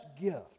gift